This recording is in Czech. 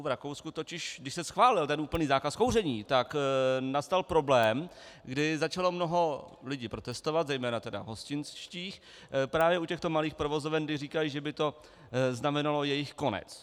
V Rakousku totiž, když se schválil ten úplný zákaz kouření, tak nastal problém, kdy začalo mnoho lidí protestovat, zejména tedy hostinských právě u těchto malých provozoven, kdy říkají, že by to znamenalo jejich konec.